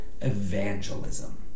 evangelism